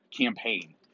campaign